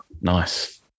nice